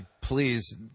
Please